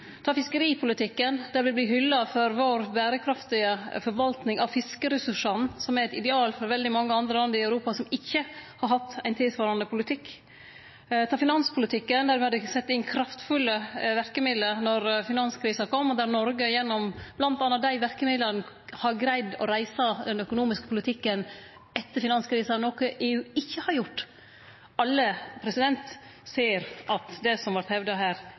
fiskeripolitikken, der me vert hylla for vår berekraftige forvalting av fiskeressursane, som er eit ideal for veldig mange andre land i Europa som ikkje har hatt ein tilsvarande politikk. Sjå på finanspolitikken, der me sette inn kraftfulle verkemiddel då finanskrisa kom, og der Noreg m.a. gjennom dei verkemidla har greidd å reise den økonomiske politikken etter finanskrisa, noko EU ikkje har gjort. Alle ser at det som vart hevda her,